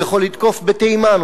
הוא יכול לתקוף בתימן,